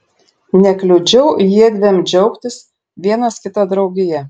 nekliudžiau jiedviem džiaugtis vienas kito draugija